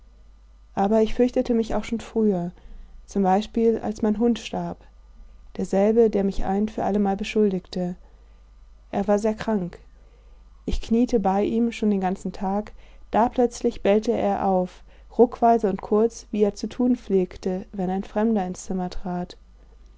aber ich fürchtete mich auch schon früher zum beispiel als mein hund starb derselbe der mich ein für allemal beschuldigte er war sehr krank ich kniete bei ihm schon den ganzen tag da plötzlich bellte er auf ruckweise und kurz wie er zu tun pflegte wenn ein fremder ins zimmer trat